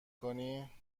کنی